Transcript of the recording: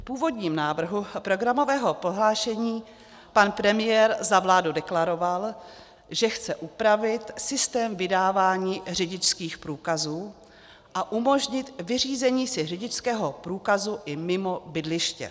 V původním návrhu programového prohlášení pan premiér za vládu deklaroval, že chce upravit systém vydávání řidičských průkazů a umožnit vyřízení si řidičského průkazu i mimo bydliště.